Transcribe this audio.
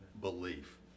belief